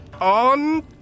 On